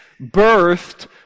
birthed